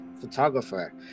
photographer